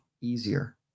easier